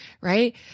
right